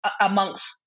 amongst